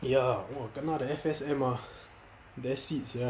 !wah! kena the F_S_M ah that's it sia